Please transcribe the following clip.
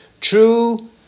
true